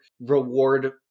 reward